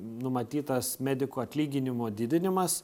numatytas medikų atlyginimų didinimas